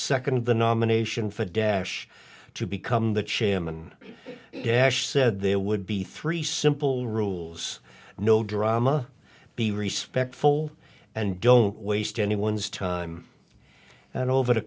second the nomination for dash to become the chairman dash said there would be three simple rules no drama be respect fold and don't waste anyone's time and over